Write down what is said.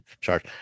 charge